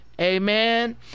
Amen